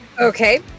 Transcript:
okay